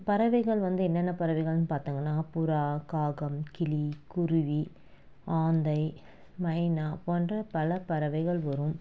பறவைகள் வந்து என்னென்ன பறவைகள்ன்னு பார்த்தம்ன்னா புறா காகம் கிளி குருவி ஆந்தை மைனா போன்ற பல பறவைகள் வரும்